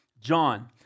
John